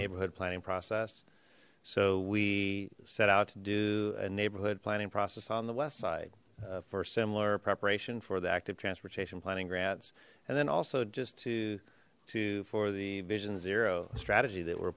neighborhood planning process so we set out to do a neighborhood planning process on the west side for similar preparation for the active transportation planning grants and then also just to to for the vision zero strategy that we're